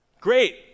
great